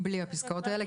בלי הפסקאות האלה,